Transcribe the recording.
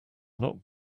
not